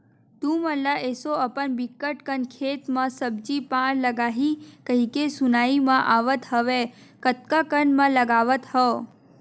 तुमन ल एसो अपन बिकट कन खेत म सब्जी पान लगाही कहिके सुनाई म आवत हवय कतका कन म लगावत हव?